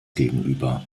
gegenüber